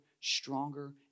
stronger